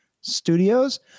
studios